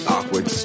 Awkward